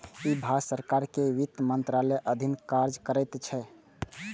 ई भारत सरकार के वित्त मंत्रालयक अधीन काज करैत छै